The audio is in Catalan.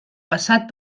passat